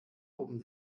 oben